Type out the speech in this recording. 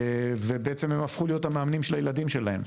ובעצם הם הפכו להיות המאמנים של הילדים שלהם,